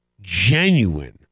genuine